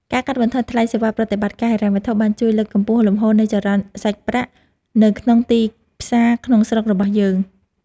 ការកាត់បន្ថយថ្លៃសេវាប្រតិបត្តិការហិរញ្ញវត្ថុបានជួយលើកកម្ពស់លំហូរនៃចរន្តសាច់ប្រាក់នៅក្នុងទីផ្សារក្នុងស្រុករបស់យើង។